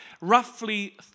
roughly